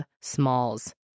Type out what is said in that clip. smalls